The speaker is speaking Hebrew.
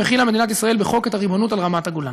"החילה מדינת ישראל בחוק את הריבונות על רמת-הגולן.